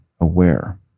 aware